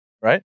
right